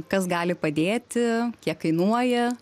kas gali padėti kiek kainuoja